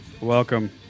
Welcome